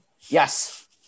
Yes